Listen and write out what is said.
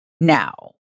now